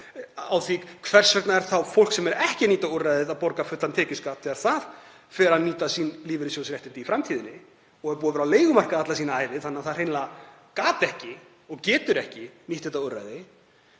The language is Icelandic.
Hvers vegna er þá fólk sem ekki nýtir úrræðið að borga fullan tekjuskatt þegar það fer að nýta sín lífeyrissjóðsréttindi í framtíðinni og er búið að vera á leigumarkaði alla sína ævi þannig að það hreinlega gat ekki nýtt þetta úrræði?